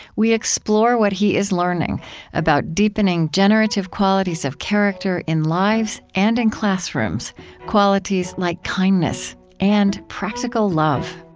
we explore what he is learning about deepening generative qualities of character in lives and in classrooms qualities like kindness and practical love